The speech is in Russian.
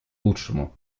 лучшему